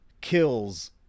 kills